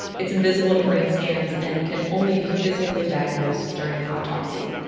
it's invisible to brain scans and can only be physically diagnosed during an autopsy.